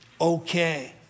okay